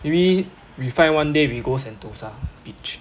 maybe one day we go sentosa beach